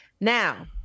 Now